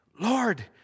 Lord